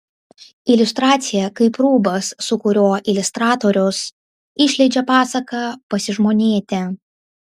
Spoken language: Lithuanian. iliustracija kaip rūbas su kuriuo iliustratorius išleidžia pasaką pasižmonėti